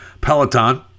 peloton